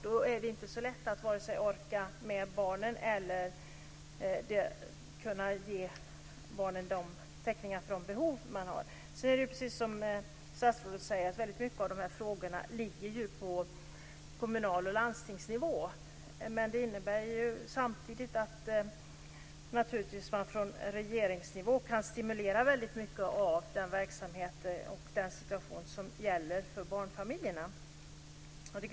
Då är det inte så lätt att vare sig orka med barnen eller kunna ge barnen täckning för de behov de har. Precis som statsrådet säger ligger väldigt mycket av de här frågorna på kommunal nivå och landstingsnivå. Det innebär samtidigt att man från regeringsnivå kan stimulera den verksamheten och därigenom påverka situationen för barnfamiljerna.